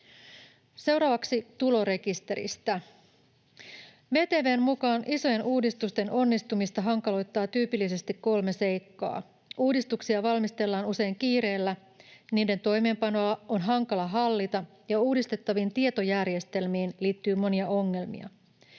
Seuraavaksi tulorekisteristä: VTV:n mukaan isojen uudistusten onnistumista hankaloittaa tyypillisesti kolme seikkaa: uudistuksia valmistellaan usein kiireellä, niiden toimeenpanoa on hankala hallita ja uudistettaviin tietojärjestelmiin liittyy monia ongelmia.